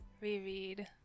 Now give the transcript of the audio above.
Reread